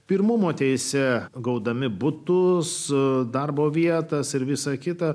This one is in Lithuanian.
pirmumo teise gaudami butus su darbo vietas ir visa kita